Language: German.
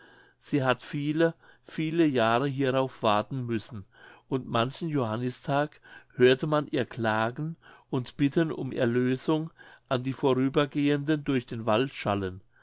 sie hat viele viele jahre hierauf warten müssen und manchen johannistag hörte man ihre klagen und bitten um erlösung an die vorübergehenden durch den wald schallen